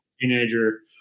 teenager